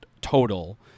total